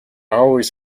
always